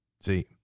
See